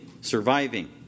surviving